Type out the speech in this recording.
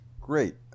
Great